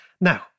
Now